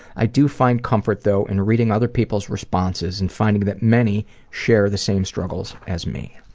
i do find comfort though in reading other people's responses and finding that many share the same struggles as me.